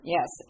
Yes